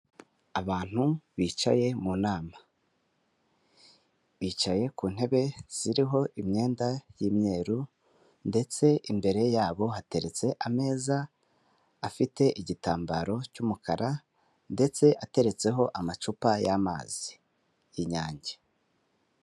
Abantu bicaye mu nama, bicaye ku ntebe ziriho imyenda y'imyeru ndetse imbere yabo hateretse ameza afite igitambaro cy'umukara ndetse ateretseho amacupa y'amazi y'inyange.